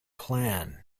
plan